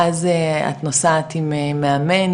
ואז את נוסעת עם מאמן?